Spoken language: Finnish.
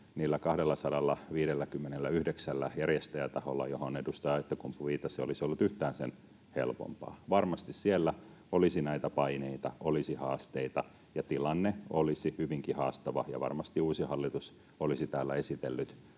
niillä 259 järjestäjätaholla, joihin edustaja Aittakumpu viittasi, olisi ollut yhtään sen helpompaa. Varmasti siellä olisi näitä paineita, olisi haasteita ja tilanne olisi hyvinkin haastava, ja varmasti uusi hallitus olisi täällä esitellyt